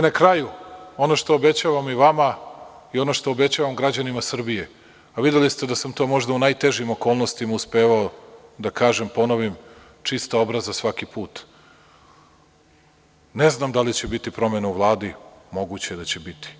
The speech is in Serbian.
Na kraju ono što obećavam i vama i ono što obećavam i građanima Srbije, a videli ste da sam to možda u najtežim okolnostima uspevao da kažem, čista obraza svaki put, ne znam da li će biti promena u Vladi, moguće je da će biti.